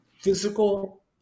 physical